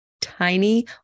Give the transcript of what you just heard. tiny